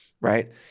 right